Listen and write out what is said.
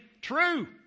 true